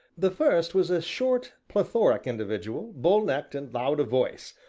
the first was a short, plethoric individual, bull-necked and loud of voice,